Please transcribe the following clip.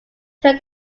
turn